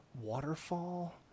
waterfall